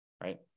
right